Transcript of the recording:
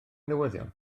newyddion